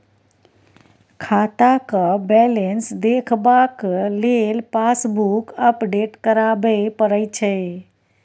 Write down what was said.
खाताक बैलेंस देखबाक लेल पासबुक अपडेट कराबे परय छै